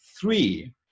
three